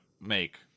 make